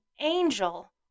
angel